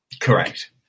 Correct